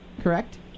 correct